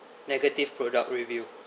negative product review